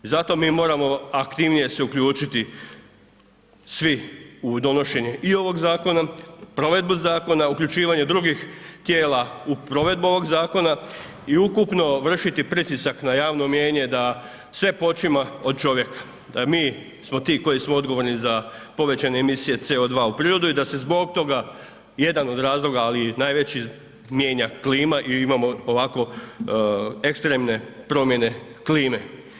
I zato mi moramo aktivnije se uključiti svi u donošenje i ovog zakona, provedbu zakona, uključivanje drugih tijela u provedbu ovog zakona i ukupno vršiti pritisak na javno mijenje da sve počinje od čovjeka, da mi smo ti koji smo odgovorni za povećane emisije CO2 u prirodu i da se zbog toga jedan od razloga ali i najveći mijenja klima i imamo ovako ekstremne promjene klime.